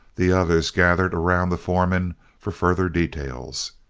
the others gathered around the foreman for further details,